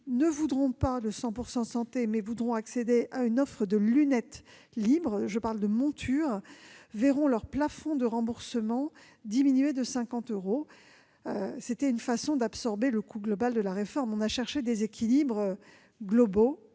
ne voudraient pas le « 100 % santé » mais souhaiteraient accéder à une offre de lunettes libre- je parle des montures -verront leur plafond de remboursement diminuer de 50 euros. C'était une façon d'absorber le coût de la réforme : nous avons cherché des équilibres globaux,